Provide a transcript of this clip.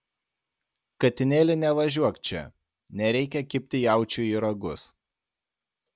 katinėli nevažiuok čia nereikia kibti jaučiui į ragus